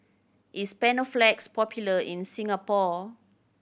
is Panaflex popular in Singapore